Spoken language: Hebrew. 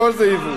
הכול זה יבוא.